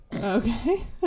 okay